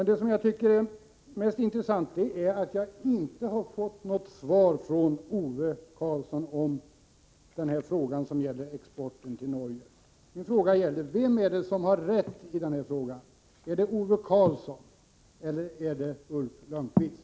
Det mest intressanta är att jag inte fått något svar från Ove Karlsson på frågan om exporten till Norgé. Frågan gällde vem som har rätt. Är det Ove Karlsson eller är det Ulf Lönnqvist?